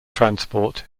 transport